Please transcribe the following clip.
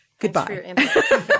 goodbye